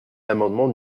l’amendement